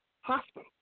hospital